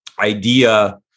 idea